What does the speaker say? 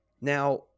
Now